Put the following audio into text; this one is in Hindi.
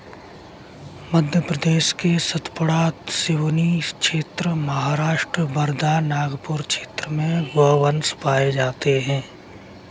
मध्य प्रदेश के सतपुड़ा, सिवनी क्षेत्र, महाराष्ट्र वर्धा, नागपुर क्षेत्र में गोवंश पाये जाते हैं